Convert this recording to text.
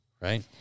Right